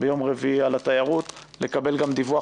ביום רביעי על התיירות לקבל גם דיווח